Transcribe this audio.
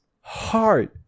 hard